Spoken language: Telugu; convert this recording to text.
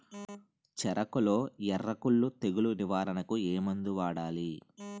చెఱకులో ఎర్రకుళ్ళు తెగులు నివారణకు ఏ మందు వాడాలి?